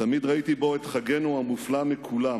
"תמיד ראיתי בו את חגנו המופלא מכולם.